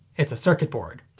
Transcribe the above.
it's a circuit board.